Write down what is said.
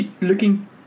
looking